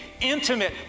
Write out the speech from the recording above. intimate